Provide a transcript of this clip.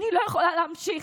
אני לא יכולה להמשיך,